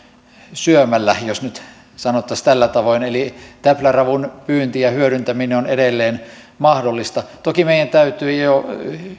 syömällä jos nyt sanottaisiin tällä tavoin eli täpläravun pyynti ja hyödyntäminen on edelleen mahdollista toki meidän täytyy jo